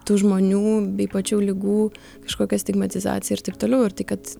tų žmonių bei pačių ligų kažkokia stigmatizacija ir taip toliau ir tai kad